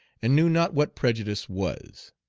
and knew not what prejudice was.